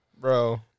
bro